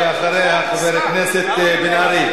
סרק,